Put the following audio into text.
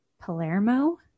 Palermo